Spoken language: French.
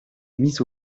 mise